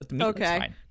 Okay